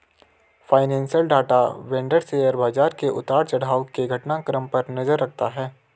financial data vendor share बाजार के उतार चढ़ाव के घटनाक्रम पर नजर रखता है